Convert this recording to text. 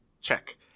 Check